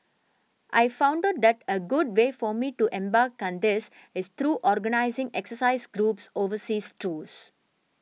I found out that a good way for me to embark on this is through organising exercise groups overseas tours